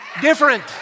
different